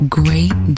great